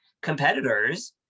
competitors